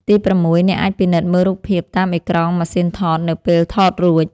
ទី6 អ្នកអាចពិនិត្យមើលរូបភាពតាមអេក្រង់ម៉ាស៊ីនថត នៅពេលថតរួច។